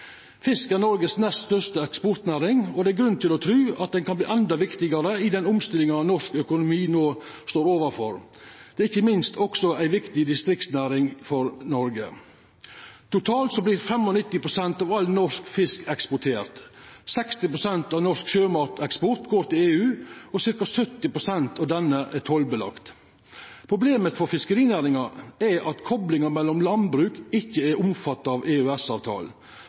er Noregs nest største eksportnæring, og det er grunn til å tru at ho kan bli endå viktigare i den omstillinga av norsk økonomi me no står overfor. Det er ikkje minst også ei viktig distriktsnæring i Noreg. Totalt vert 95 pst. av all norsk fisk eksportert. 60 pst. av norsk sjømateksport går til EU, og ca. 70 pst. av han er tollpliktig. Problemet for fiskerinæringa er at koplinga med landbruk ikkje er omfatta av